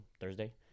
Thursday